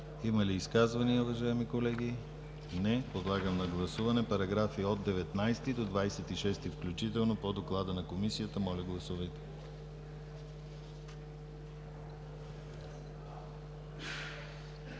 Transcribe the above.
Имате ли изказвания, уважаеми колеги? Няма. Подлагам на гласуване параграфи от 9 до 17 включително по доклада на Комисията. Гласували